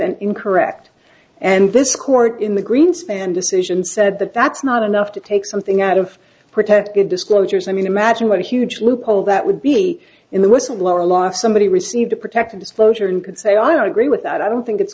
and incorrect and this court in the greenspan decision said that that's not enough to take something out of protective disclosures i mean imagine what a huge loophole that would be in the whistleblower laws somebody received a protective disclosure and could say i don't agree with that i don't think it's